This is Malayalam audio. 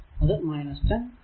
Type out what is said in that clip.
അത് 10 5 i 1